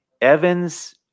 Evans